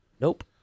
Nope